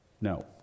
No